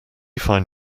find